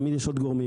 תמיד יש עוד גורמים,